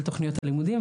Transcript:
על תוכניות הלימודים,